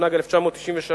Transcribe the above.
התשנ"ג 1993,